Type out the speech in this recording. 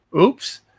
Oops